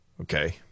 Okay